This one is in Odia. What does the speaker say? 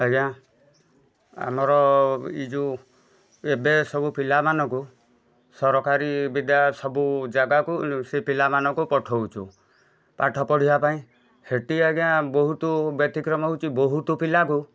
ଆଜ୍ଞା ଆମର ଇଏ ଯେଉଁ ଏବେ ସବୁ ପିଲା ମାନଙ୍କୁ ସରକାରୀ ବିଦ୍ୟା ସବୁ ଜାଗାକୁ ସେ ପିଲା ମାନଙ୍କୁ ପଠାଉଛୁ ପାଠ ପଢିବା ପାଇଁ ସେଠି ଆଜ୍ଞା ବହୁତ ବ୍ୟତିକ୍ରମ ହେଉଛି ବହୁତ ପିଲାକୁ